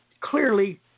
clearly